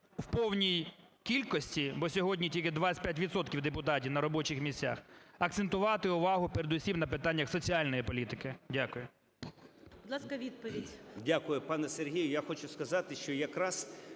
в повній кількості, бо сьогодні тільки 25 відсотків депутатів на робочих місцях, акцентувати увагу передусім на питаннях соціальної політики. Дякую.